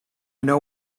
know